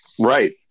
right